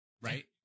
Right